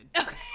okay